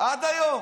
עד היום.